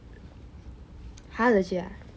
!huh! legit ah